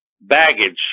Baggage